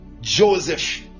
joseph